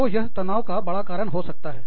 तो यह तनाव का बड़ा कारण हो सकता है